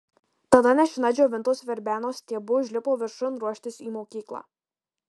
tada nešina džiovintos verbenos stiebu užlipo viršun ruoštis į mokyklą